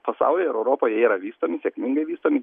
pasauly ir europoj jie yra vystomi sėkmingai vystomi